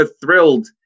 thrilled